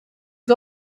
was